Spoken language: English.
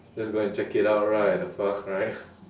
just go and check it out right the fuck right